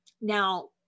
Now